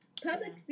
Public